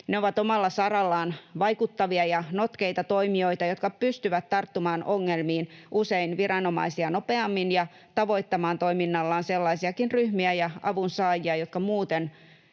Ne ovat omalla sarallaan vaikuttavia ja notkeita toimijoita, jotka pystyvät tarttumaan ongelmiin usein viranomaisia nopeammin ja tavoittamaan toiminnallaan sellaisiakin ryhmiä ja avunsaajia, jotka muuten